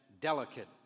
delicate